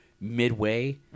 midway